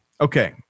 Okay